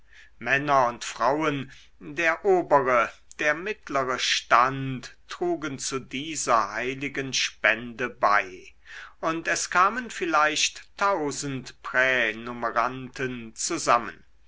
männer und frauen der obere der mittlere stand trugen zu dieser heiligen spende bei und es kamen vielleicht tausend pränumeranten zusammen